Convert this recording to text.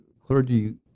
clergy